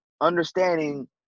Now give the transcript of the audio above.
understanding